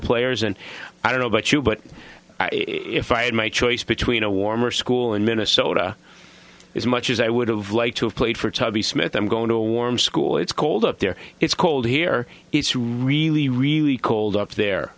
players and i don't know about you but if i had my choice between a warmer school and minnesota as much as i would've liked to have played for tubby smith i'm going to a warm school it's cold up there it's cold here it's really really cold up there